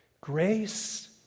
Grace